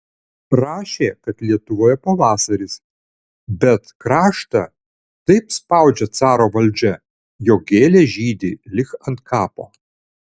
rašė kad lietuvoje pavasaris bet kraštą taip spaudžia caro valdžia jog gėlės žydi lyg ant kapo